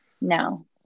No